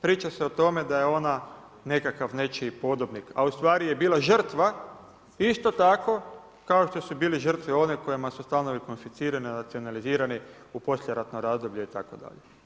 Priča se o tome da je ona nekakav podobnik a ustvari je bila žrtva isto tako kao što su bili žrtve oni kojima su stanovi konfiscirani, nacionalizirani u poslijeratno razdoblje itd.